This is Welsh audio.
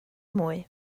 mwy